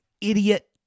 idiot